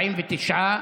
49,